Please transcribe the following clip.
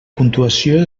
puntuació